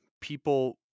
people